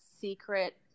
secret